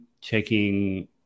checking